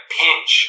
pinch